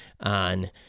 on